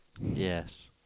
Yes